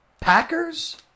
Packers